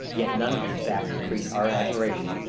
yet none of these facts increase our admiration.